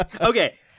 Okay